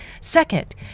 Second